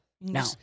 No